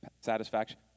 satisfaction